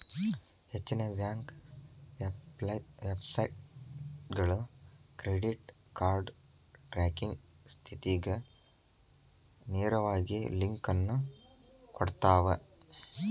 ಹೆಚ್ಚಿನ ಬ್ಯಾಂಕ್ ವೆಬ್ಸೈಟ್ಗಳು credit card tracking ಸ್ಥಿತಿಗ ನೇರವಾಗಿ ಲಿಂಕ್ ಅನ್ನು ಕೊಡ್ತಾವ